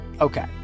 Okay